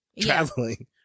traveling